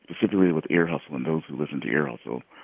specifically with ear hustle and those who listen to ear hustle,